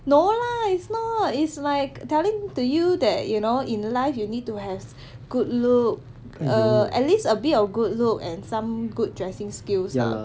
no lah it's not it's like telling to you that you know in life you need to have good look err at least a bit of good look and some good dressing skills lah